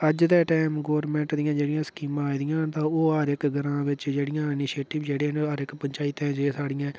अज्ज दे time government दियां जेह्ड़ियां स्कीमां आई दियां न तां ओह् हर इक ग्रांऽ बिच्च जेह्ड़ियां इनिशिएटिव जेह्ड़े न हर इक पंचायत च जियां साढ़ियां